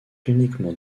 uniquement